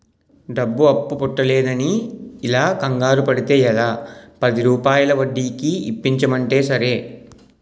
డబ్బు అప్పు పుట్టడంలేదని ఇలా కంగారు పడితే ఎలా, పదిరూపాయల వడ్డీకి ఇప్పించమంటే సరే